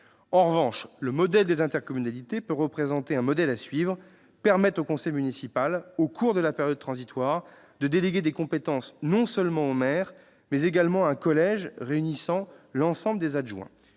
En revanche, le modèle des intercommunalités peut être intéressant à suivre : il s'agit de permettre au conseil municipal, au cours de la période transitoire, de déléguer des compétences non seulement au maire, mais également à un collège réunissant l'ensemble des adjoints.